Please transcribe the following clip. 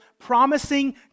promising